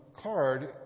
card